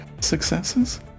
successes